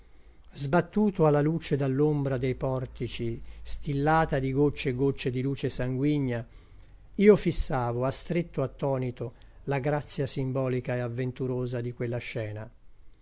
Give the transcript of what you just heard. sbattuto a la luce dall'ombra dei portici stillata di gocce e gocce di luce sanguigna io fissavo astretto attonito la grazia simbolica e avventurosa di quella scena